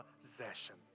possession